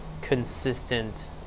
consistent